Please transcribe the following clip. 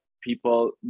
people